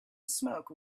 smoke